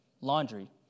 laundry